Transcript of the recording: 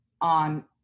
on